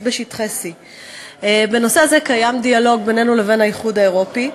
בשטחי C. בנושא הזה קיים דיאלוג בינינו לבין האיחוד האירופי,